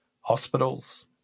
hospitals